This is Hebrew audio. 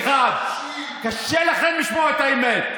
האינפלציה בישראל, 4.1%. קשה לכם לשמוע את האמת.